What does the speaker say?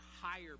higher